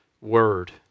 word